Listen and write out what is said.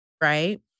Right